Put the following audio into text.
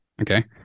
Okay